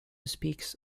speaks